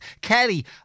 Kelly